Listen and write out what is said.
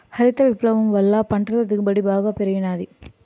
హరిత విప్లవం వల్ల పంటల దిగుబడి బాగా పెరిగినాది